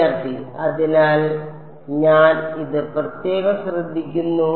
വിദ്യാർത്ഥി അതിനാൽ ഞാൻ ഇത് പ്രത്യേകം ശ്രദ്ധിക്കുന്നു